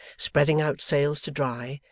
spreading out sails to dry,